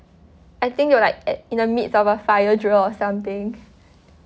I think we were like at in the midst of a fire drill or something